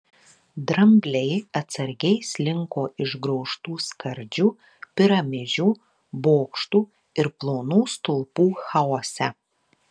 drambliai atsargiai slinko išgraužtų skardžių piramidžių bokštų ir plonų stulpų chaose